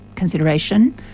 consideration